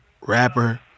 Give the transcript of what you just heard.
rapper